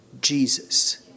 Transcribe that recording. Jesus